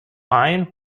iron